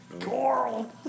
Coral